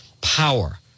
power